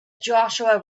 joshua